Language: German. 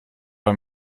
bei